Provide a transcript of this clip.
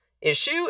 issue